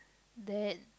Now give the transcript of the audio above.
that